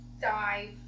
dive